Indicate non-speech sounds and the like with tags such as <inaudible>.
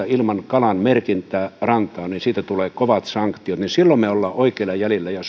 <unintelligible> ilman kalan merkintää rantaan niin siitä tulee kovat sanktiot niin silloin me olemme oikeilla jäljillä ja <unintelligible>